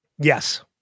Yes